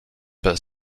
but